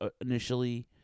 initially